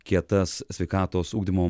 kietas sveikatos ugdymo